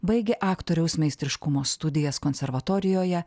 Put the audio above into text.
baigė aktoriaus meistriškumo studijas konservatorijoje